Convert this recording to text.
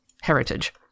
heritage